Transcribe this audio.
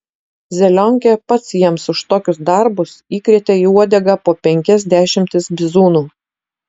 zelionkė pats jiems už tokius darbus įkrėtė į uodegą po penkias dešimtis bizūnų